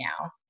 now